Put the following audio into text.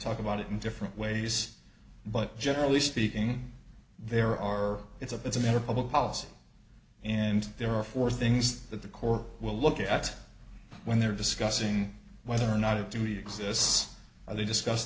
talk about it in different ways but generally speaking there are it's a it's a matter of public policy and there are four things that the court will look at when they're discussing whether or not a duty exists or they discuss